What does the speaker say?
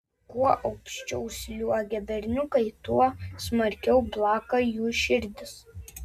kuo aukščiau sliuogia berniukai tuo smarkiau plaka jų širdys